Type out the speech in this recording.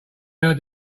heard